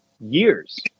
years